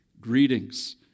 Greetings